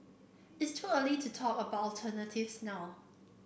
it's too early to talk about alternatives now